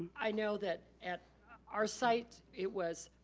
i know that at our site, it was